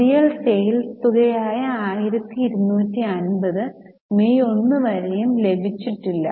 പുതിയ സെയിൽസ് തുക ആയ 1250 മെയ് ഒന്ന് വരെയും ലഭിച്ചിട്ടില്ല